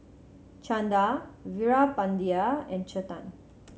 Chanda Veerapandiya and Chetan